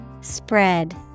Spread